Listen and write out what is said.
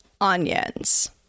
onions